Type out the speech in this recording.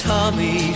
Tommy